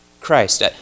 Christ